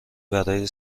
برای